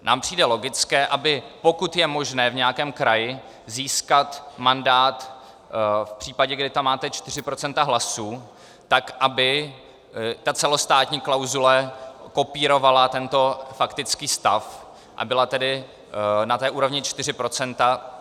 Nám přijde logické, aby pokud je možné v nějakém kraji získat mandát v případě, kdy tam máte 4 % hlasů, tak aby celostátní klauzule kopírovala tento faktický stav a byla tedy na úrovni 4 %.